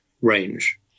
range